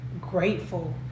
grateful